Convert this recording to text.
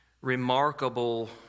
remarkable